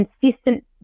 consistent